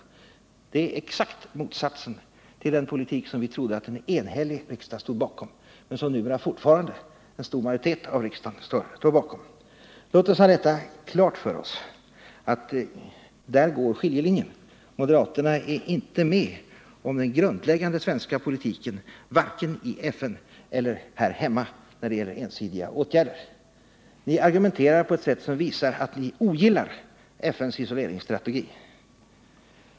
Det är exakt motsatsen till den politik som vi trodde att en enhällig riksdag stod bakom — och som fortfarande en stor majoritet av riksdagen står bakom. Låt oss ha klart för oss att där går skiljelinjen. Moderaterna är inte med om den grundläggande svenska politiken — varken i FN eller här hemma — när det gäller sanktioner och ensidiga åtgärder. Ni argumenterar på ett sätt som visar att ni ogillar FN:s isoleringsstrategi.